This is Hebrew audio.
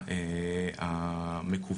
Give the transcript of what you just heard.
לא בכל הרשויות זה עובד.